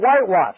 whitewash